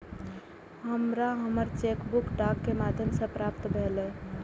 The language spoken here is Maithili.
हमरा हमर चेक बुक डाक के माध्यम से प्राप्त भईल